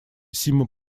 сима